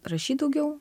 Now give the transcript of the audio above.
rašyt daugiau